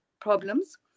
problems